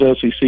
SEC